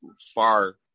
far